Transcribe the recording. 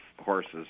horses